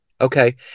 Okay